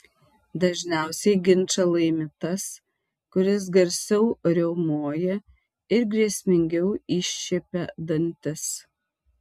dažniausiai ginčą laimi tas kuris garsiau riaumoja ir grėsmingiau iššiepia dantis